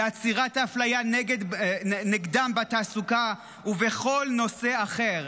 בעצירת האפליה נגדם בתעסוקה ובכל נושא אחר.